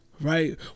Right